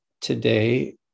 today